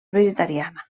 vegetariana